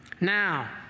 Now